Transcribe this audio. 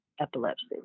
epilepsy